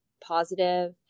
positive